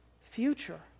future